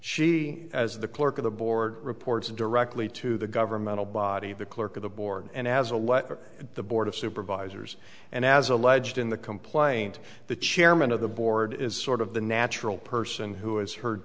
she as the clerk of the board reports directly to the governmental body the clerk of the board and has a letter to the board of supervisors and as alleged in the complaint the chairman of the board is sort of the natural person who is her